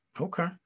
Okay